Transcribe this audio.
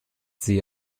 sie